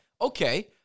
okay